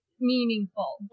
meaningful